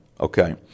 okay